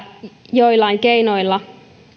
jollain keinoilla